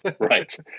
Right